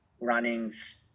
running's